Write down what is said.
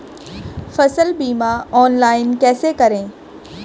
फसल बीमा ऑनलाइन कैसे करें?